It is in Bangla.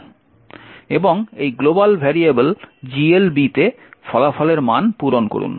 এবং এই গ্লোবাল ভেরিয়েবল GLB তে ফলাফলের মান পূরণ করুন